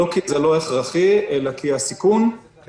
לא כי זה לא הכרחי אלא כי הסיכון היה,